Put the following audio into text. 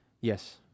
Yes